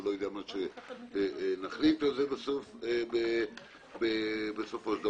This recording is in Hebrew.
או אני לא יודע על מה נחליט בדיוק בסופו של דבר.